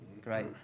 Great